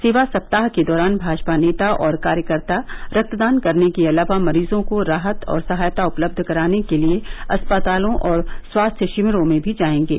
सेवा सप्ताह के दौरान भाजपा नेता और कार्यकर्ता रक्तदान करने के अलावा मरीजों को राहत और सहायता उपलब्ध कराने के लिए अस्पतालों और स्वास्थ्य शिविरों में भी जाएंगे